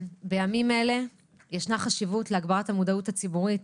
בימים אלה ישנה חשיבות להגברת המודעות הציבורית